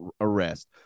arrest